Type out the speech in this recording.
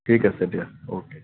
ঠিক আছে দিয়া অ'কে